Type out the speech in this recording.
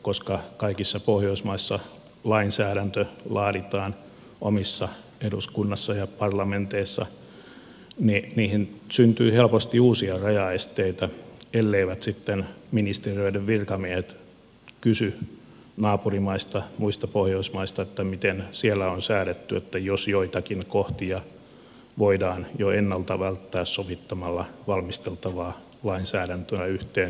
koska kaikissa pohjoismaissa lainsäädäntö laaditaan omissa eduskunnissa ja parlamenteissa niin niihin syntyy helposti uusia rajaesteitä elleivät sitten ministeriöiden virkamiehet kysy naapurimaista muista pohjoismaista miten siellä on säädetty jos joitakin kohtia voidaan jo ennalta välttää sovittamalla valmisteltavaa lainsäädäntöä yhteen